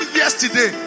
yesterday